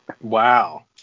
Wow